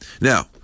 Now